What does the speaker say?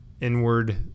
inward